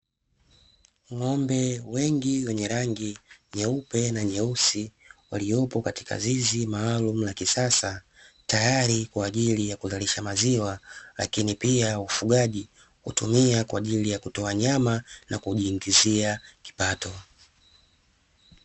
Ng'ombe wengi wenye rangi nyeupe na nyeusi waliopo katika zizi maalumu la kisasa, tayari kwa ajili ya kuzalisha maziwa lakini pia ufugaji hutumia kwa ajili ya kutoa nyama na kujiingizia kipato.